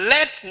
Let